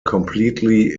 completely